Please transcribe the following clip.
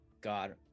god